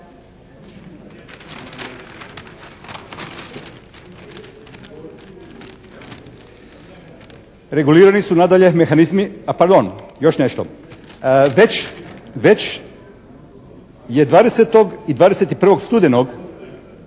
Regulirani su nadalje mehanizmi, a pardon još nešto. Već je 20. i 21. studenog